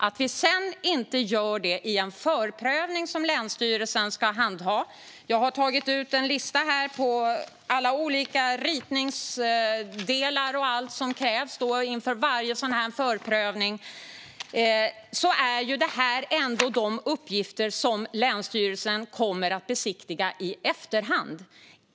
Att det sedan inte sker i en förprövning av länsstyrelsen - jag har tagit fram alla olika ritningar och annat som krävs inför en förprövning - innebär ändå att det är de uppgifterna som länsstyrelsen kommer att besiktiga i efterhand.